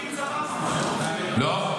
--- לא,